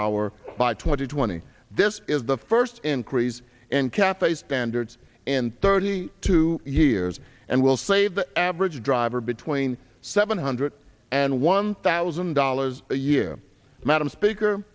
hour by twenty twenty this is the first increase and kept a standards in thirty two years and will save the average driver between seven hundred and one thousand dollars a year madam speaker